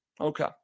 Okay